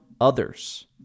others